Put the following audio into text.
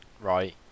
Right